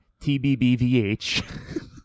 TBBVH